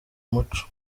umuco